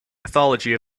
mythology